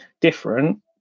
different